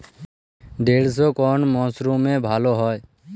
ঢেঁড়শ কোন মরশুমে ভালো হয়?